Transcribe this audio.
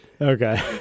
Okay